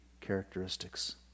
characteristics